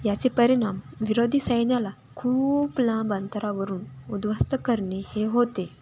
याचे परिणाम विरोधी सैन्याला खूप लांब अंतरावरून उध्वस्त करणे हे होते